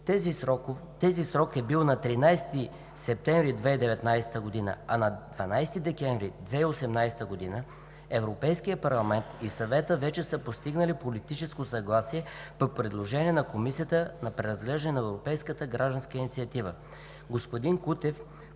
Този срок е бил до 13 септември 2017 г., а на 12 декември 2018 г. Европейският парламент и Съветът вече са постигнали политическо съгласие по предложенията на Комисията за преразглеждане на Европейската гражданска инициатива.